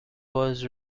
was